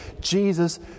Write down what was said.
Jesus